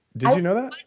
did you know that? like